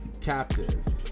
captive